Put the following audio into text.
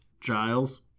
Giles